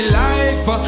life